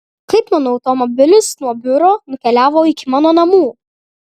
kaip mano automobilis nuo biuro nukeliavo iki mano namų